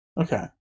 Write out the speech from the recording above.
Okay